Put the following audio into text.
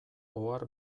ohar